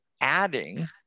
adding